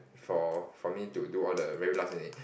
for for me to do all the very last minute